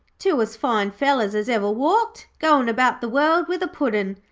two as fine fellers as ever walked, goin' about the world with a puddin'.